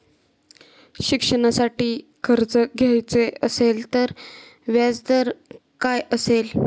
शिक्षणासाठी कर्ज घ्यायचे असेल तर व्याजदर काय असेल?